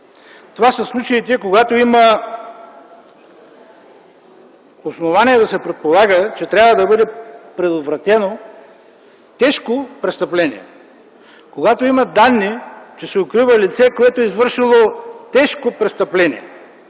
Това са случаите, когато има основание да се предполага, че трябва да бъде предотвратено тежко престъпление, когато има данни, че се укрива лице, което е извършило тежко престъпление,